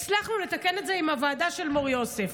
והצלחנו לתקן את זה עם הוועדה של מור-יוסף.